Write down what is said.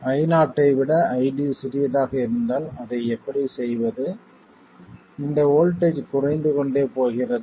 Io ஐ விட ID சிறியதாக இருந்தால் அதை எப்படி செய்வது இந்த வோல்ட்டேஜ் குறைந்து கொண்டே போகிறது